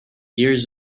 years